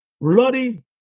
bloody